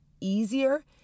easier